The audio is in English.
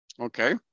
Okay